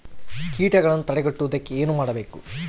ಕೇಟಗಳನ್ನು ತಡೆಗಟ್ಟುವುದಕ್ಕೆ ಏನು ಮಾಡಬೇಕು?